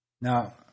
Now